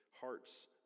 hearts